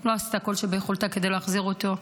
לא עשתה כל שביכולתה כדי להחזיר אותו.